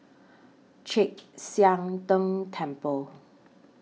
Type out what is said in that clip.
Chek Sian Tng Temple